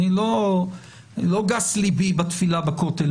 לא גס ליבי בתפילה בכותל,